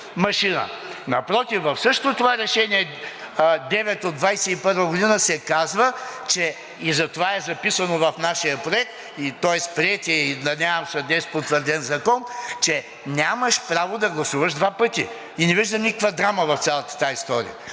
Напротив, в същото това Решение № 9 от 2021 г. се казва и затова е записано в приетия и надявам се днес потвърден закон, че нямаш право да гласуваш два пъти, и не виждам никаква драма в цялата тази история.